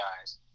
guys